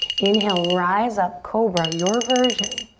inhale, rise up, cobra, your version.